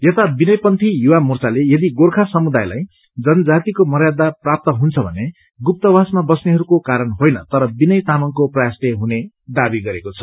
यता विनय पन्थी युवा मोर्चाले यदि गोर्खा समुदायलाई जनजातिको मर्यादा प्राप्त हुन्छ भने गुप्तवासमा बस्नेहरूको कारण होइन तर विनय तामाङको प्रयासले हुने दावी गरेको छ